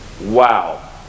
Wow